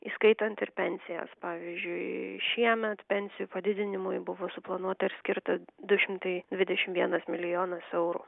įskaitant ir pensijas pavyzdžiui šiemet pensijų padidinimui buvo suplanuota ir skirta du šimtai dvidešim vienas milijonas eurų